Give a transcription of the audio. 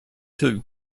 too